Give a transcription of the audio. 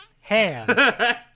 hands